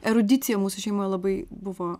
erudicija mūsų šeimoj labai buvo